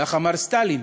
כך אמר סטלין.